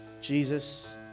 Jesus